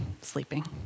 sleeping